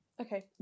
Okay